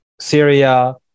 Syria